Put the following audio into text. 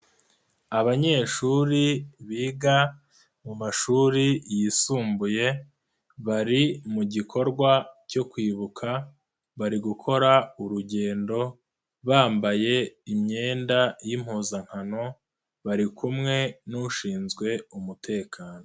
Abanyeshuri biga mu mashuri yisumbuye, bari mu gikorwa cyo kwibuka, bari gukora urugendo bambaye imyenda y'impuzankano, bari kumwe n'ushinzwe umutekano.